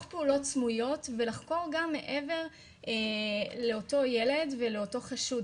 פעולות סמויות ולחקור גם מעבר לאותו ילד ולאותו חשוד,